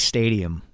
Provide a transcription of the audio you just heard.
Stadium